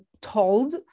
told